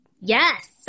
Yes